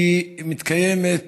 שמתקיימת